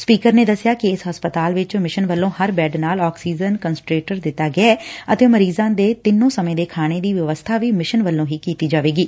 speaker ਨੇ ਦਸਿਆ ਕਿ ਇਸ ਹਸਪਤਾਲ ਵਿਚ ਮਿਸ਼ਨ ਵੱਲੋਂ ਹਰ ਬੈਡ ਨਾਲ ਆਕਸੀਜਨ ਕੰਸਟਰੇਟਰ ਦਿੱਤਾ ਗਿਐ ਅਤੇ ਮਰੀਜ਼ਾਂ ਦੇ ਡਿੰਨੋ ਸਮੇਂ ਦੇ ਖਾਣੇ ਦੀ ਵਿਵਸਬਾ ਵੀ ਮਿਸ਼ਨ ਵੱਲੋਂ ਕੀਡੀ ਜਾਵੇਗੀ